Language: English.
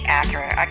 accurate